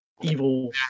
evil